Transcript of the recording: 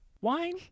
Wine